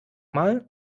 mal